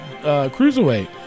Cruiserweight